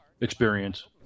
experience